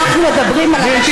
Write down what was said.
אנחנו מדברים על אנשים.